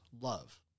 love